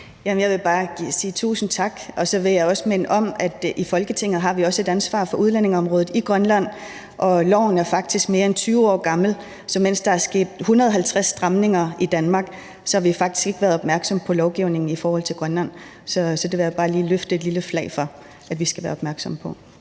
Jeg vil bare sige tusind tak, og så vil jeg også minde om, at vi i Folketinget også har et ansvar for udlændingeområdet i Grønland, og loven er faktisk mere end 20 år gammel, så mens der er sket 150 stramninger i Danmark, har vi faktisk ikke været opmærksomme på lovgivningen i forhold til Grønland. Så det vil jeg bare hejse et lille flag for at vi skal være opmærksomme på.